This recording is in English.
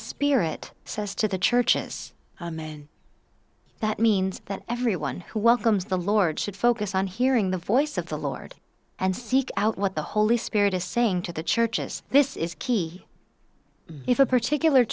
spirit says to the churches and that means that every one who welcomes the lord should focus on hearing the voice of the lord and seek out what the holy spirit is saying to the churches this is key if a particular